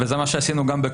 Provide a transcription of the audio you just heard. וזה גם מה שעשינו בקורונה,